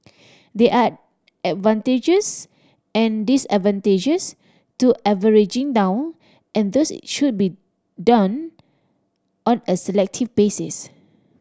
there are advantages and disadvantages to averaging down and thus it should be done on a selective basis